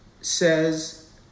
says